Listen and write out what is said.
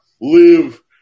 live